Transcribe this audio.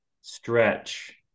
stretch